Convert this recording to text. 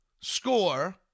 score